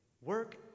work